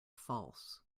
false